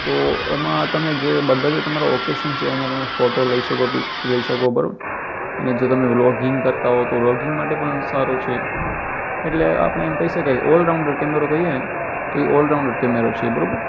તો એમાં તમે જે બધા જે તમારા ઓકેશન છે એનાં તમે ફોટો લઇ શકો પિક્ચર લઇ શકો બરાબર અને જો તમે બ્લૉગિંગ કરતા હોય તો બ્લૉગિંગ માટે પણ સારું છે એટલે આપણે એમ કહી શકાય કે ઑલરાઉન્ડર કૅમેરો કહીએ ને તો એ ઑલરાઉન્ડર કૅમેરો છે બરોબર